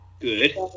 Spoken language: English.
good